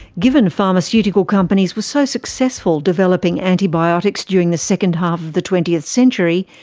given pharmaceutical companies were so successful developing antibiotics during the second half of the twentieth century,